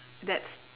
that's